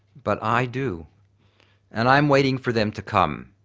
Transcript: but i do and i am waiting for them to come.